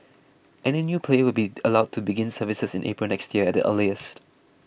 any new player will be allowed to begin services in April next year at the earliest